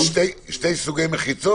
זאת אומרת יש שני סוגי מחיצות?